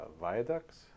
viaducts